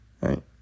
Right